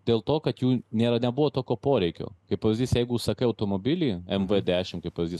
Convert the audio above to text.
dėl to kad jų nėra nebuvo tokio poreikio kaip pavyzdys jeigu užsakai automobilį m v dešimt kaip pavyzdys